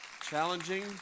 Challenging